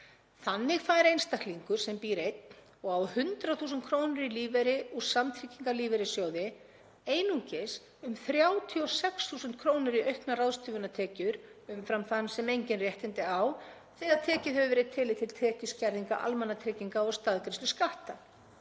Þannig fær einstaklingur sem býr einn og á 100.000 krónur í lífeyri úr samtryggingarlífeyrissjóði einungis um 36 þúsund krónur í auknar ráðstöfunartekjur umfram þann sem engin réttindi á þegar tekið hefur verið tillit til tekjuskerðinga almannatrygginga og staðgreiðslu skatta.